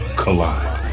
collide